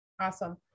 Awesome